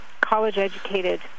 college-educated